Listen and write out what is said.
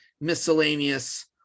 miscellaneous